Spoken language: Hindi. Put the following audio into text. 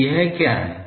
तो यह क्या है